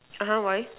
uh !huh! why